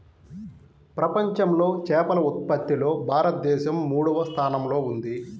ప్రపంచంలో చేపల ఉత్పత్తిలో భారతదేశం మూడవ స్థానంలో ఉంది